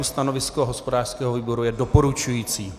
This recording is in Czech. Stanovisko hospodářského výboru je doporučující.